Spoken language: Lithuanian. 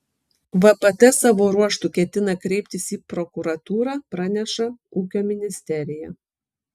vpt savo ruožtu ketina kreiptis į prokuratūrą praneša ūkio ministerija